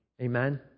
amen